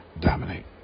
dominate